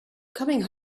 coming